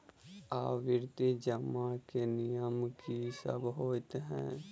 आवर्ती जमा केँ नियम की सब होइ है?